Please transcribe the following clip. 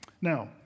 Now